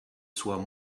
soient